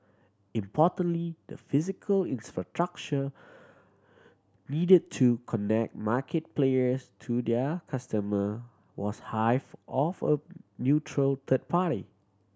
importantly the physical infrastructure needed to connect market players to their customer was hived off a neutral third party